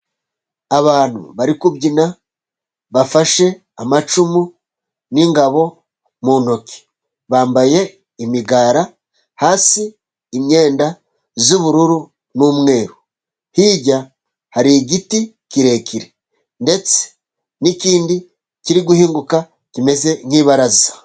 Abantu bari kubyina bafashe amacumu n'ingabo mu ntoki, bambaye imigara, hasi imyenda y'ubururu n'umweru, hirya hari igiti kirekire, ndetse n'ikindi kiri guhinguka kimeze nk'ibaraza.